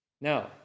Now